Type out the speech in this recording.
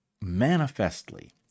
manifestly